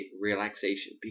relaxation